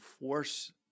force